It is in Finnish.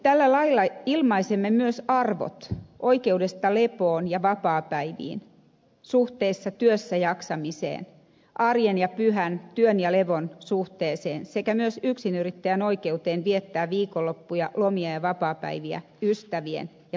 tällä lailla ilmaisemme myös arvot jotka liittyvät oikeuteen lepoon ja vapaapäiviin suhteessa työssäjaksamiseen arjen ja pyhän työn ja levon suhteeseen sekä myös yksinyrittäjän oikeuteen viettää viikonloppuja lomia ja vapaapäiviä ystävien ja perheiden kanssa